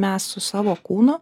mes su savo kūnu